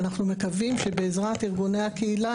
אנחנו מקווים שבעזרת ארגוני הקהילה,